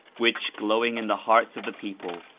which, glow ing in the hearts of the people,